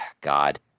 God